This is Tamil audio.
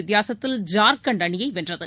வித்தியாசத்தில் ஜார்க்கண்ட் அணியைவென்றது